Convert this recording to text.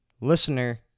listener